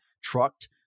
trucked